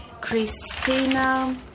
Christina